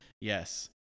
Yes